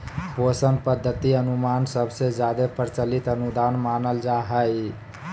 पोषण पद्धति अनुमान सबसे जादे प्रचलित अनुदान मानल जा हय